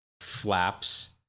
Flaps